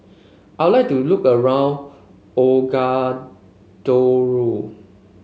I would like to look around